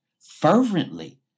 fervently